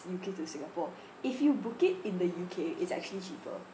U_K to singapore if you book it in the U_K it's actually cheaper